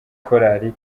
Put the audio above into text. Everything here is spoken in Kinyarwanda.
korali